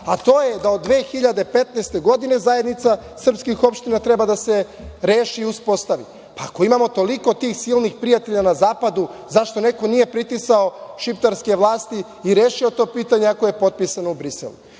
a to je da od 2015. godine zajednica srpskih opština treba da se reši i uspostavi. Ako imamo toliko tih silnih prijatelja na zapadu zašto neko nije pritisnuo šiptarske vlasti i rešio to pitanje ako je potpisano u Briselu?S